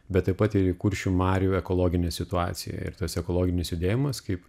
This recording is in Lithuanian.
bet taip pat ir į kuršių marių ekologinę situaciją ir tas ekologinis judėjimas kaip